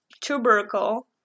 tubercle